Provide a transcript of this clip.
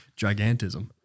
gigantism